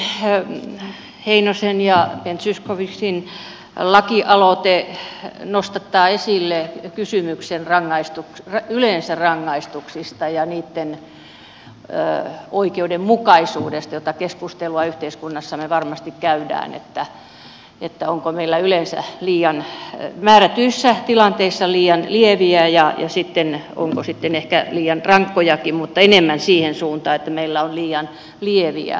mielestäni heinosen ja ben zyskowiczin lakialoite nostattaa esille kysymyksen yleensä rangaistuksista ja niitten oikeudenmukaisuudesta mitä keskustelua yhteiskunnassamme varmasti käydään että onko meillä yleensä määrätyissä tilanteissa liian lieviä ja onko sitten ehkä liian rankkojakin rangaistuksia mutta enemmän siihen suuntaan että meillä on yleensä liian lieviä rangaistuksia